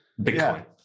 Bitcoin